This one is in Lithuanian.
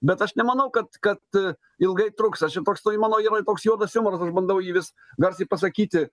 bet aš nemanau kad kad ilgai truks aš ir toks to mano yra toks juodas jumoras aš bandau jį vis garsiai pasakyti